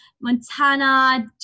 Montana